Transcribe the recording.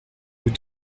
nous